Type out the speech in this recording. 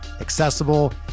accessible